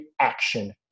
action